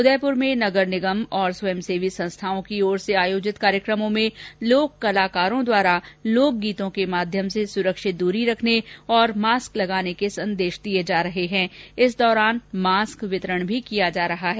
उदयपुर में नगर निगम और स्वयंसेवी संस्थाओं की ओर से आयोजित कार्यक्रमों में लोक कलाकारों द्वारा लोक गीतों के माध्यम से सुरक्षित दूरी रखने और मास्क लगाने के संदेश दिये जा रहे हैं इस दौरान मास्क वितरण भी किया जा रहा है